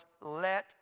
let